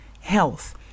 health